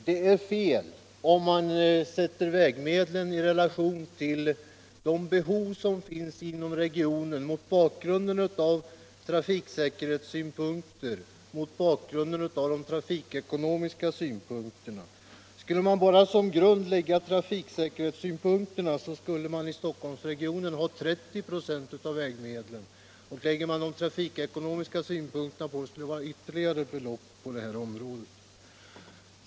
Det är fel om man sätter vägmedlen i relation till de behov som finns inom regionen vad gäller trafiksäkerheten och från trafikekonomiska synpunkter. Skulle man som grund för fördelningen enbart lägga trafiksäkerhetssynpunkterna, skulle Stockholmsregionen få 30 96 av vägmedlen. Tar man dessutom hänsyn till de trafikekonomiska synpunkterna, skulle regionen vara berättigad till ytterligare ett belopp på detta område.